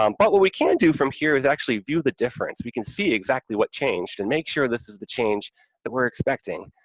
um but what we can do from here is actually view the difference. we can see exactly what changed and make sure this is the change that we're expecting.